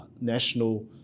national